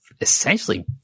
essentially